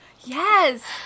Yes